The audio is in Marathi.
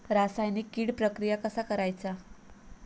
रासायनिक कीड प्रक्रिया कसा करायचा?